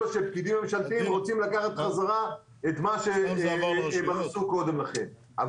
שפקידים ממשלתיים רוצים לקחת חזרה את מה שהם אחזו קודם לכן.